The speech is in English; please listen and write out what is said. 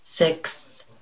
Six